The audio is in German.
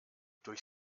durch